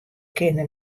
kinne